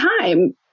time